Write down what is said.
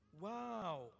wow